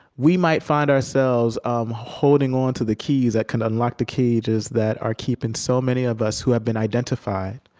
we might find ourselves um holding onto the keys that can unlock the cages that are keeping so many of us who have been identified,